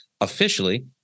officially